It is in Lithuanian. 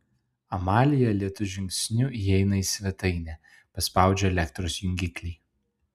amalija lėtu žingsniu įeina į svetainę paspaudžia elektros jungiklį